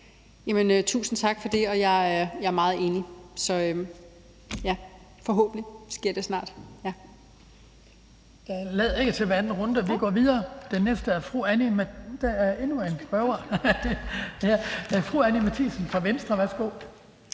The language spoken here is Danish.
Tusind tak for det. Jeg er meget enig, så forhåbentlig sker det snart.